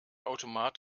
automat